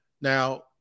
Now